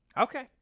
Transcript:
Okay